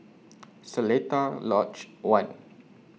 Seletar Lodge one